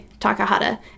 Takahata